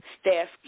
staff